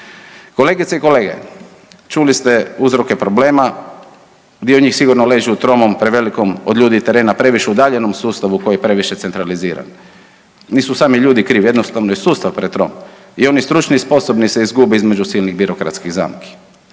Kolegice i kolege, čuli ste uzroke problema. Dio njih sigurno ležu u tromom, prevelikom od ljudi i terena, previše udaljenom sustavu koji je previše centraliziran. Nisu sami ljudi krivi, jednostavno je sustav pretrom i oni stručni i sposobni se izgube između silnih birokratskih zamki.